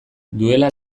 duela